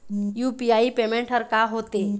UPI payment हर का होते?